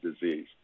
disease